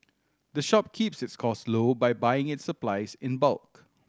the shop keeps its cost low by buying its supplies in bulk